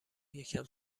یکم